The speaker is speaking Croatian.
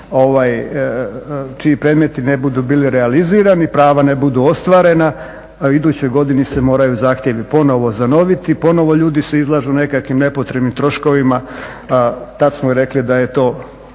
čiji predmeti ne budu bili realizirani, prava ne budu ostvarena a u idućoj godini se moraju zahtjevi ponovo zanoviti, ponovo ljudi se izlažu nekakvim nepotrebnim troškovima. Tada smo i rekli da je to